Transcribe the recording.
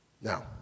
Now